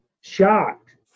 Shocked